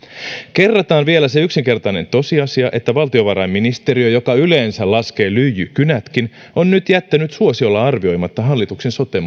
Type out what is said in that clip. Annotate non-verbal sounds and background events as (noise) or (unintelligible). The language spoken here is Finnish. kerrataan vielä se yksinkertainen tosiasia että valtiovarainministeriö joka yleensä laskee lyijykynätkin on nyt jättänyt suosiolla arvioimatta hallituksen sote (unintelligible)